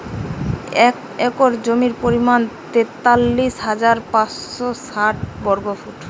এক একর জমির পরিমাণ তেতাল্লিশ হাজার পাঁচশত ষাট বর্গফুট